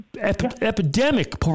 Epidemic